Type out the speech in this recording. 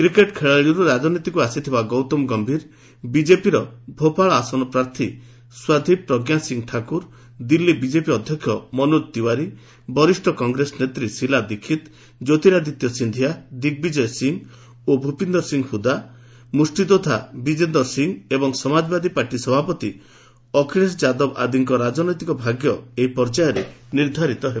cricket ଖେଳାଳିରୁ ରାଜନୀତିକୁ ଆସିଥିବା ଗୌତମ ଗୟୀର ବିକେପିର ଭୋପାଳ ଆସନ ପ୍ରାର୍ଥୀ ସାଧ୍ୱୀ ପ୍ରଜ୍ଞା ସିଂ ଠାକୁର ଦିଲ୍ଲୀ ବିଜେପି ଅଧ୍ୟକ୍ଷ ମନୋଜ ତିୱାରୀ ବରିଷ୍ଠ କଂଗ୍ରେସ ନେତ୍ରୀ ଶିଲା ଦିକ୍ଷିତ୍ ଜ୍ୟୋତିରାଦିତ୍ୟ ସିନ୍ଧିଆ ଦିଗ୍ବିଜୟ ସିଂ ଓ ଭୂପିନ୍ଦର୍ ସିଂ ହୁଦା ମୁଷ୍ଟିଯୋଦ୍ଧା ବିଜେନ୍ଦର ସିଂ ଏବଂ ସମାଜବାଦୀ ପାର୍ଟି ସଭାପତି ଅଖିଳେଶ ଯାଦବ ଆଦିଙ୍କ ରାଜନୈତିକ ଭାଗ୍ୟ ଏହି ପର୍ଯ୍ୟାୟରେ ନିର୍ଦ୍ଧାରିତ ହେବ